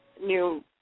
new